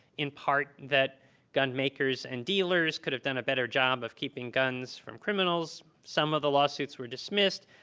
in part, that gun makers and dealers could have done a better job of keeping guns from criminals. some of the lawsuits were dismissed.